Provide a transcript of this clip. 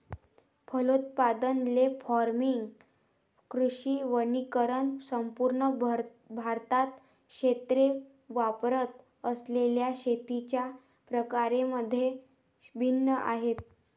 फलोत्पादन, ley farming, कृषी वनीकरण संपूर्ण भारतात क्षेत्रे वापरत असलेल्या शेतीच्या प्रकारांमध्ये भिन्न आहेत